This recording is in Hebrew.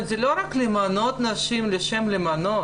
זה לא רק למנות נשים לשם למנות.